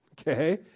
Okay